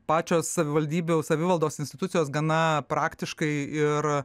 pačios savivaldybių savivaldos institucijos gana praktiškai ir